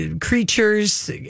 creatures